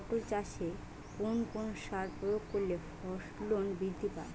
পটল চাষে কোন কোন সার প্রয়োগ করলে ফলন বৃদ্ধি পায়?